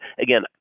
again